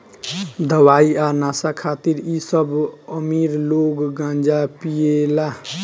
दवाई आ नशा खातिर इ सब अमीर लोग गांजा पियेला